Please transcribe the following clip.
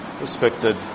Respected